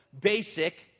basic